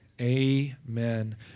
amen